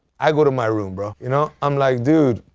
i go to my room bro. you know i'm like dude,